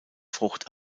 frucht